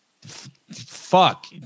fuck